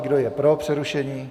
Kdo je pro přerušení?